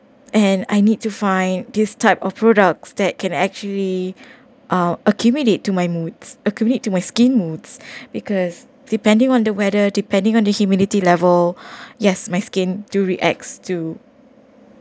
and I need to find this type of products that can actually um accumulate to my moods accumulate to my skin moods because depending on the weather depending on the humidity level yes my skin do react to